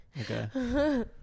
Okay